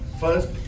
First